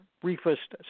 briefest